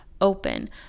open